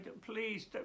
please